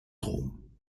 rom